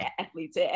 athletes